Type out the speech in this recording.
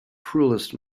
cruellest